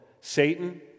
Satan